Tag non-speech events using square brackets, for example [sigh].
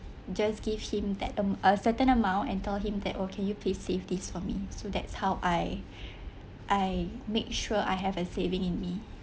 just give him that um a certain amount and tell him that oh can you please save this for me so that's how I [breath] I make sure I have a saving in me